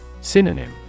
Synonym